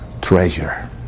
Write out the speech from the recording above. treasure